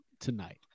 tonight